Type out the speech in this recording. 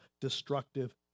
destructive